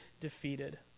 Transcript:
defeated